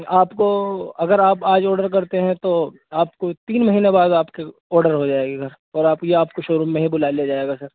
آپ کو اگر آپ آج آڈر کرتے ہیں تو آپ کو تین مہینہ بعد آپ کے آڈر ہو جائے گی سر اور آپ یا آپ کو شو روم میں ہی بلا لیا جائے گا سر